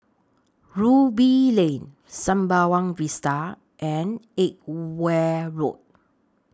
Ruby Lane Sembawang Vista and Edgware Road